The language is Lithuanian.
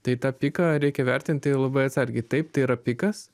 tai tą piką reikia vertinti labai atsargiai taip tai yra pikas